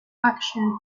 action